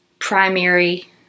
primary